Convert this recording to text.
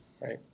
right